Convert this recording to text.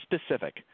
specific